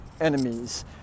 enemies